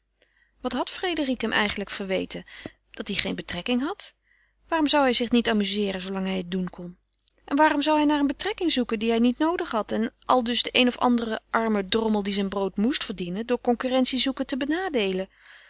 wat had frédérique hem eigenlijk verweten dat hij geene betrekking had waarom zou hij zich niet amuzeeren zoolang hij het doen kon en waarom zou hij naar een betrekking zoeken die hij niet noodig had en aldus den een of anderen armen drommel die zijn brood moest verdienen door concurrentie zoeken te benadeelen